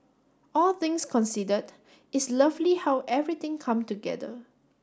all things considered it's lovely how everything come together